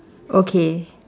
okay